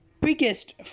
biggest